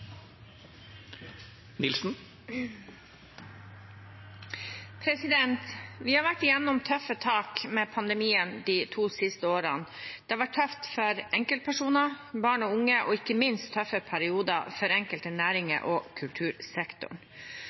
til. Vi har vært gjennom tøffe tak med pandemien de to siste årene. Det har vært tøft for enkeltpersoner, for barn og unge, og ikke mist har det vært tøffe perioder for enkelte næringer og kultursektoren.